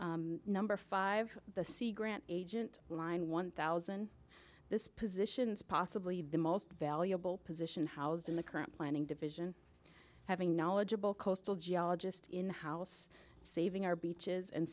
number five the c grant agent line one thousand this positions possibly the most valuable position housed in the current planning division having knowledgeable coastal geologist in the house saving our beaches and